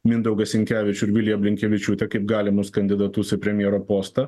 mindaugą sinkevičių ir viliją blinkevičiūtę kaip galimus kandidatus į premjero postą